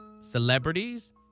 celebrities